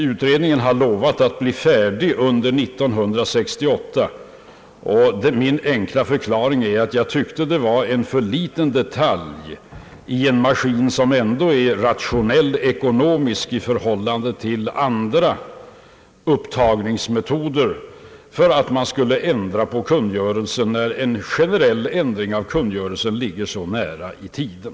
Utredningen har lovat att bli färdig under 1968, och min enkla förklaring är att jag tycker att bensinskatten är en alltför liten detalj när det gäller en maskin som ändå är ekonomisk och rationell i jämförelse med andra upptagningsmetoder. Därför synes det mig onödigt att nu ändra kungörelsen, när en generell ändring av den ligger så nära i tiden.